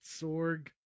Sorg